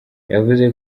yavuze